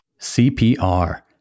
CPR